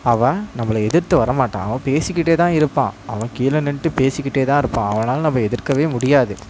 அவன் நம்மள எதிர்த்து வர மாட்டான் அவன் பேசிக்கிட்டேதான் இருப்பான் அவன் கீழே நின்னுட்டு பேசிக்கிட்டேதான் இருப்பான் அவனால் நம்மை எதிர்க்கவே முடியாது